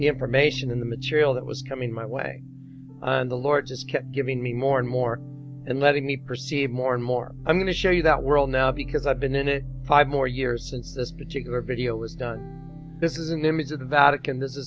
information in the material that was coming my way and the lord just kept giving me more and more and letting me proceed more and more i'm going to show you that world now because i've been in it five more years since this particular video was done this is an image of the vatican this is